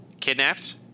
kidnapped